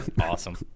Awesome